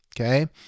Okay